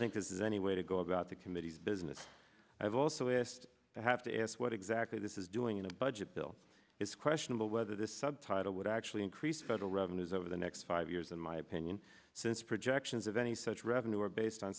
think this is any way to go about the committee's business i've also asked i have to ask what exactly this is doing in a budget bill it's questionable whether this subtitle would actually increase federal revenues over the next five years in my opinion since projections of any such revenue are based on